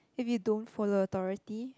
if you don't follow authority